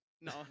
no